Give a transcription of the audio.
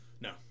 No